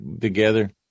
together